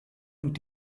und